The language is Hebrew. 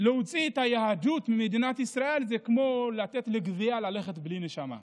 להוציא את היהדות ממדינת ישראל זה כמו לתת לגווייה ללכת בלי נשמה.